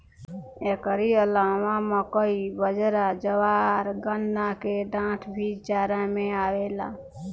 एकरी अलावा मकई, बजरा, ज्वार, गन्ना के डाठ भी चारा में आवेला